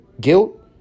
Guilt